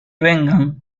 vengan